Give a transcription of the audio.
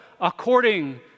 according